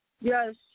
Yes